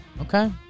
Okay